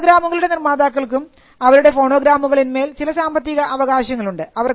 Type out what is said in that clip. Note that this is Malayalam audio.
ഫോണോ ഗ്രാമങ്ങളുടെ നിർമ്മാതാക്കൾക്കും അവരുടെ ഫോണോഗ്രാമുകളിന്മേൽ ചില സാമ്പത്തിക അവകാശങ്ങളുണ്ട്